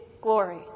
glory